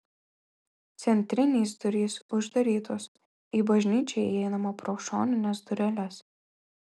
centrinės durys uždarytos į bažnyčią įeinama pro šonines dureles